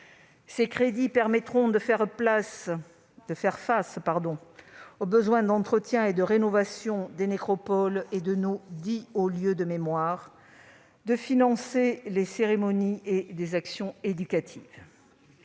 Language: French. Ces crédits permettront de faire face aux besoins d'entretien et de rénovation des nécropoles et de nos dix hauts lieux de mémoire et de financer des cérémonies et des actions éducatives.